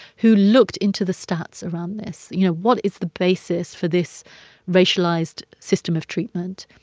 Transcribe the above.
who looked into the stats around this. you know, what is the basis for this racialized system of treatment?